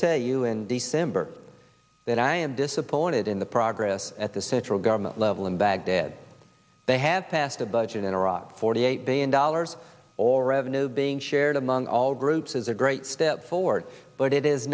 tell you in december that i am disappointed in the progress at the central government level in baghdad they have passed a budget in iraq forty eight billion dollars all revenue being shared among all groups is a great step forward but it is